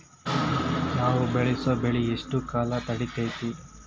ನಾವು ಬೆಳಸೋ ಬೆಳಿ ಎಷ್ಟು ಕಾಲ ತಡೇತೇತಿ?